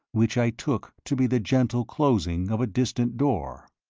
which i took to be the gentle closing of a distant door.